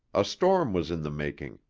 a storm was in the making.